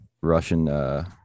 Russian